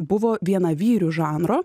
buvo viena vyrų žanro